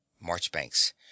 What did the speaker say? marchbanks